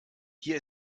hier